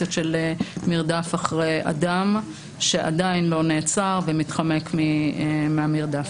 לסיטואציות של מרדף אחרי אדם שעדיין לא נעצר ומתחמק מהמרדף.